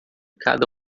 cada